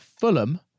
FULHAM